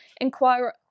inquire